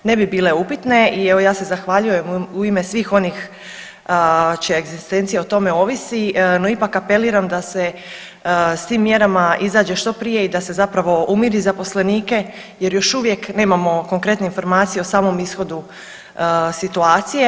ne bi bile upitne i evo ja se zahvaljujem u ime svih onih čija egzistencija o tome ovisi no ipak apeliram da se s tim mjerama izađe što prije i da se zapravo umiri zaposlenike jer još uvijek nemamo konkretne informacije o samom ishodu situacije.